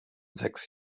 sechs